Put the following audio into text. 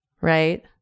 right